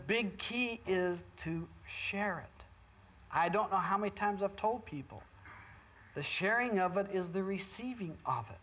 big key is to share it i don't know how many times i've told people the sharing of it is the receiving